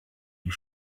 you